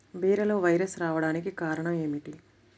బీరలో వైరస్ రావడానికి కారణం ఏమిటి?